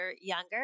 younger